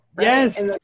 Yes